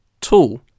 tool